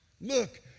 Look